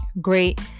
great